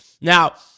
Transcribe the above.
Now